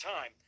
time